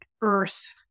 earth